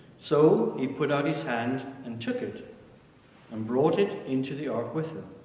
so he put out his hand and took it and brought it into the ark with him.